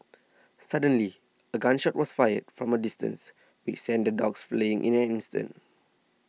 suddenly a gun shot was fired from a distance which sent the dogs fleeing in an instant